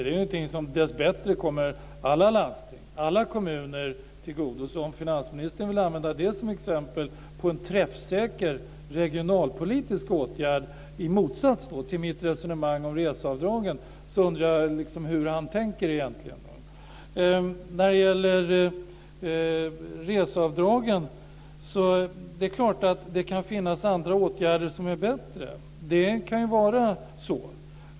Det är någonting som dessbättre kommer alla landsting, alla kommuner, till godo, så om finansministern vill använda det som exempel på en träffsäker regionalpolitisk åtgärd, i motsats till mitt resonemang om reseavdragen, undrar jag liksom hur han egentligen tänker. När det gäller reseavdragen är det klart att det kan finnas andra åtgärder som är bättre. Det kan ju vara så.